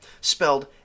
spelled